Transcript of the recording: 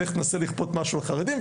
לך תנסה לכפות משהו על חרדים,